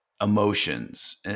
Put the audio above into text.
emotions